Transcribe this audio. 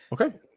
Okay